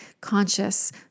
conscious